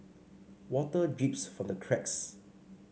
water drips from the cracks